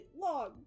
long